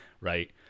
right